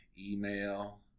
email